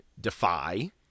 Defy